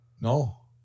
No